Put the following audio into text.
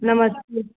नमस्ते